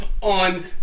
on